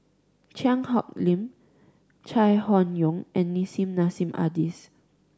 Cheang Hong Lim Chai Hon Yoong and Nissim Nassim Adis